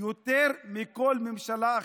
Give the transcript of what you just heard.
יותר מכל ממשלה אחרת.